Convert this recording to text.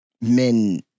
men